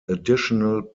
additional